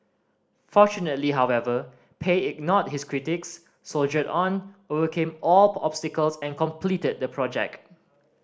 fortunately however Pei ignored his critics soldiered on overcame all obstacles and completed the project